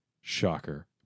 shocker